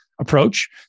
approach